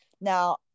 now